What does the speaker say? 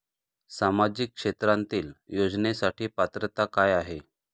सामाजिक क्षेत्रांतील योजनेसाठी पात्रता काय आहे?